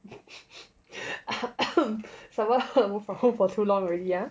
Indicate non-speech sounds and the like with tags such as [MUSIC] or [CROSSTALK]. [LAUGHS] [COUGHS] someone work from home for too long already ah